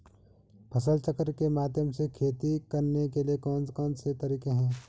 फसल चक्र के माध्यम से खेती करने के लिए कौन कौन से तरीके हैं?